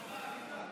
אפשר עוד רבע שעה?